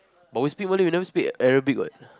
but we speak Malay never speak Arabic what